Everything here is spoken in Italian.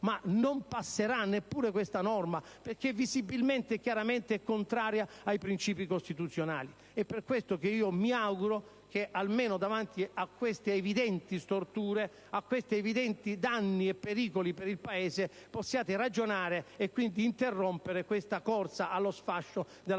ma non passerà neppure questa norma, perché è visibilmente e chiaramente contraria ai principi costituzionali. Per questo, mi auguro che, almeno davanti a queste evidenti storture, a questi evidenti danni e pericoli per il Paese, possiate ragionare, e quindi interrompere questa corsa allo sfascio